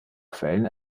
quellen